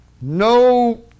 no